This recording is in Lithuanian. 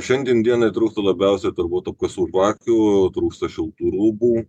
šiandien dienai trūksta labiausiai turbūt okusurbakių trūksta šiltų rūbų